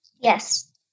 Yes